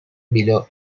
below